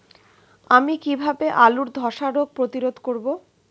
আমি কিভাবে আলুর ধ্বসা রোগ প্রতিরোধ করব?